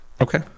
Okay